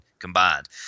combined